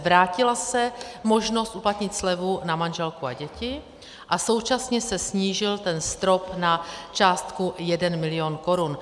Vrátila se možnost uplatnit slevu na manželku a děti a současně se snížil ten strop na částku jeden milion korun.